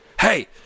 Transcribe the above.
Hey